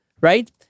right